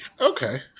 Okay